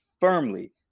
firmly